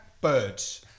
birds